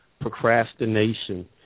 procrastination